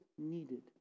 needed